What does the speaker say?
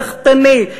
קדחתני,